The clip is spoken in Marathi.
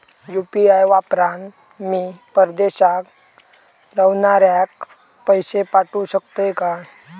यू.पी.आय वापरान मी परदेशाक रव्हनाऱ्याक पैशे पाठवु शकतय काय?